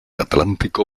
atlántico